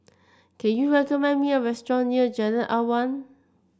can you recommend me a restaurant near Jalan Awan